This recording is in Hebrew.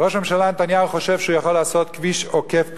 ראש הממשלה נתניהו חושב שהוא יכול לעשות כביש עוקף פקידים,